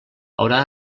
haurà